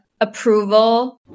approval